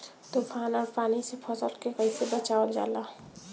तुफान और पानी से फसल के कईसे बचावल जाला?